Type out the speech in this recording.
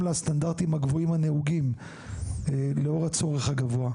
לסטנדרטים הגבוהים הנהוגים לאור הצורך הגבוה.